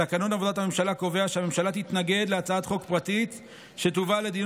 תקנון עבודת הממשלה קובע שהממשלה תתנגד להצעת חוק פרטית שתובא לדיון